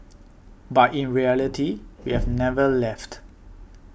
but in reality we've never left